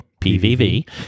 PVV